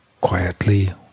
quietly